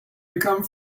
become